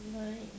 nice